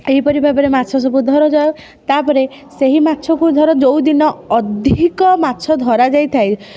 ଏହିପରି ଭାବରେ ମାଛ ସବୁ ଧରା ଯାଏ ତା'ପରେ ସେହି ମାଛକୁ ଧର ଯେଉଁଦିନ ଅଧିକ ମାଛ ଧରା ଯାଇଥାଏ